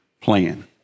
plan